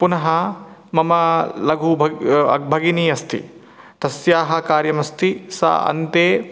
पुनः मम लगु भ अग् भगिनी अस्ति तस्याः कार्यमस्ति सा अन्ते